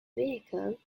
vehicle